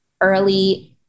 early